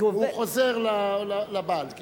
והוא חוזר לבעל.